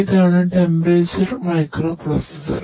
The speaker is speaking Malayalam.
ഇതാണ് ടെമ്പറേച്ചർ മൈക്രോപ്രൊസസർ